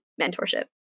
mentorship